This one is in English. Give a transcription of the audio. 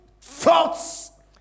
thoughts